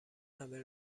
همه